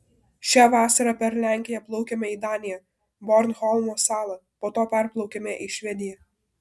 šią vasarą per lenkiją plaukėme į daniją bornholmo salą po to perplaukėme į švediją